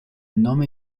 nome